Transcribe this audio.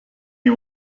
you